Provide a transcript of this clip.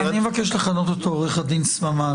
אני מבקש לכנות אותו עוה"ד סממה,